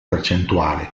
percentuale